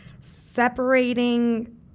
separating